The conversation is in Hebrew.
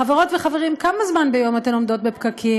חברות וחברים, כמה זמן ביום אתן עומדות בפקקים,